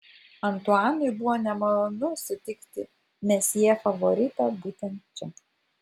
antuanui buvo nemalonu sutikti mesjė favoritą būtent čia